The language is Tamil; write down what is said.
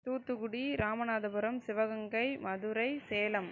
தூத்துக்குடி ராமநாதபுரம் சிவகங்கை மதுரை சேலம்